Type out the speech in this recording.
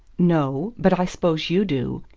no but i s'pose you do,